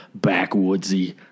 backwoodsy